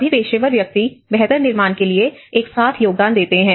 सभी पेशेवर व्यक्ति बेहतर निर्माण के लिए एक साथ योगदान देते हैं